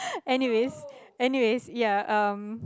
anyways anyways ya um